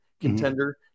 contender